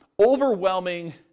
overwhelming